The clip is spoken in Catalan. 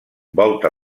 volta